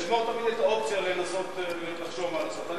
נשמור תמיד את האופציה לנסות לחשוב מה לעשות.